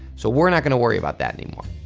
so we're not gonna worry about that anymore.